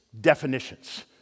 definitions